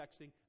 texting